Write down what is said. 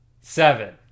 Seven